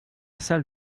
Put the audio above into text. salle